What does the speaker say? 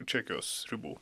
čekijos ribų